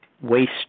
waste